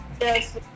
Yes